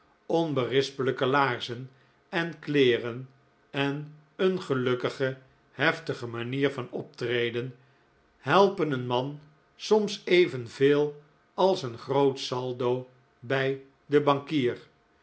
onberispelijke laarzen en kleeren en een gelukkige heftige manier van optreden helpen een man soms evenveel als een groot saldo bij den bankier